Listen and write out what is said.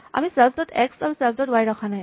আমি self dot X আৰু self dot Y ৰখা নাই